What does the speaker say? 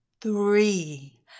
three